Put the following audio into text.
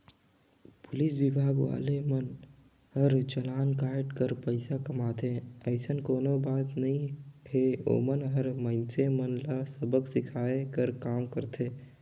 police विभाग वाले मन हर चलान कायट कर पइसा कमाथे अइसन कोनो बात नइ हे ओमन हर मइनसे मन ल सबक सीखये कर काम करथे